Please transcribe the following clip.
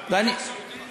ביטוח סיעודי?